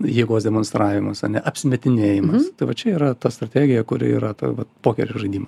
jėgos demonstravimas ane apsimetinėjimas tai va čia yra ta strategija kuri yra ta vat pokerio žaidimas